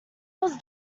was